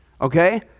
okay